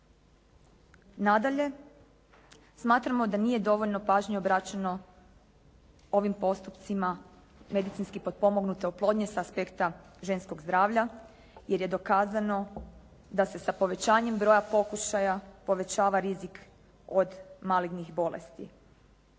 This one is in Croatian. Nadalje, smatramo da nije dovoljno pažnje obraćeno ovim postupcima medicinski potpomognute oplodnje sa aspekta ženskog zdravlja jer je dokazano da se sa povećanjem broja pokušaja povećava rizik od malignih bolesti.